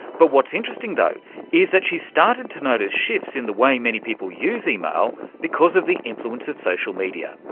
but what's interesting though is that she's started to notice shifts in the way many people use email because of the influence of social media.